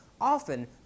often